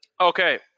Okay